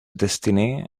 destiny